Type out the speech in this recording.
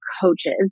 coaches